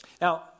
Now